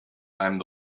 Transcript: einem